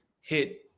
hit